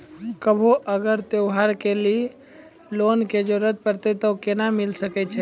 कभो अगर त्योहार के लिए लोन के जरूरत परतै तऽ केना मिल सकै छै?